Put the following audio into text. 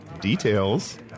Details